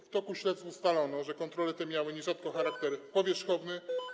W toku śledztw ustalono, że kontrole te miały nierzadko charakter powierzchowny.